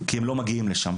כי הם לא מגיעים לשם,